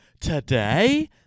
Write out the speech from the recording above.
Today